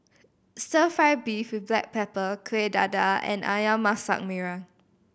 Stir Fry beef with black pepper Kuih Dadar and Ayam Masak Merah